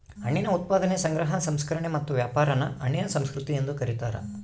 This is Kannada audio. ಹಣ್ಣಿನ ಉತ್ಪಾದನೆ ಸಂಗ್ರಹ ಸಂಸ್ಕರಣೆ ಮತ್ತು ವ್ಯಾಪಾರಾನ ಹಣ್ಣಿನ ಸಂಸ್ಕೃತಿ ಎಂದು ಕರೀತಾರ